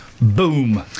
Boom